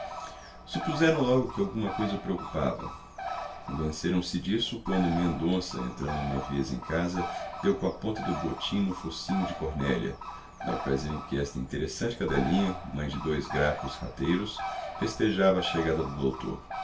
supuseram logo que alguma coisa o preocupava convenceram se disso quando mendonça entrando uma vez em casa deu com a ponta do botim no focinho de cornélia na ocasião em que esta interessante cadelinha mãe de dois gracos rateiros festejava a chegada do doutor